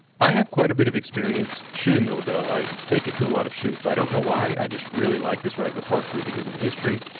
i have quite a bit of experience shooting the lebel. i take it to a lot of shoots. i don't know why, i just really like this rifle partially because of the history,